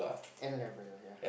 N level you hear